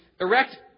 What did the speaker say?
erect